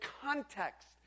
context